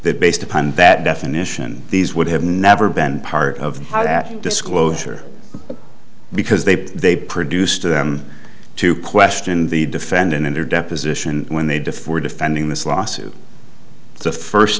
they based upon that definition these would have never been part of how that disclosure because they they produced to them to question the defendant in their deposition when they defer defending this lawsuit the first